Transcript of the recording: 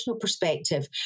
perspective